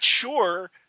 sure